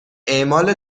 اعمال